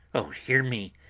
oh, hear me!